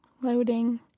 loading